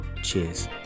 Cheers